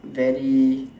very